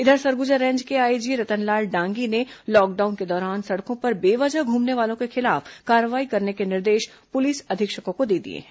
इधर सरगुजा रेंज के आईजी रतनलाल डांगी ने लॉकडाउन के दौरान सड़कों पर बेवजह घूमने वालों के खिलाफ कार्रवाई करने के निर्देश पुलिस अधीक्षकों को दिए हैं